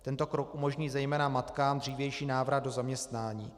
Tento krok umožní zejména matkám dřívější návrat do zaměstnání.